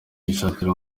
yishakira